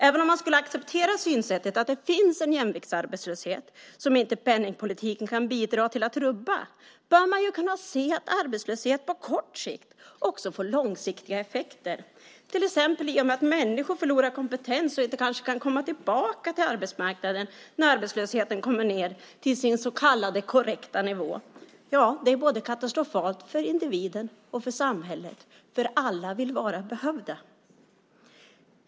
Även om man skulle acceptera synsättet att det finns en jämviktsarbetslöshet som inte penningpolitiken kan bidra till att rubba bör man kunna se att arbetslöshet på kort sikt också får långsiktiga effekter, till exempel i och med att människor förlorar kompetens och kanske inte kan komma tillbaka till arbetsmarknaden när arbetslösheten kommit ned till sin så kallade korrekta nivå. Det är katastrofalt både för individen och för samhället, för alla vill vara behövda.